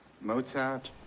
Mozart